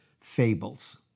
fables